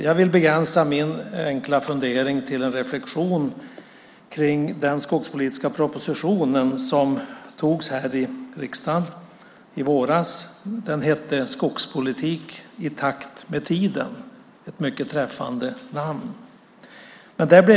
Jag vill begränsa mig till en reflexion om den skogspolitiska proposition som antogs här i riksdagen i våras. Den hette Skogspolitik i takt med tiden - ett mycket träffande namn.